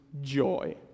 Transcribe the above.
joy